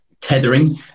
tethering